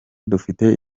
dufite